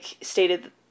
stated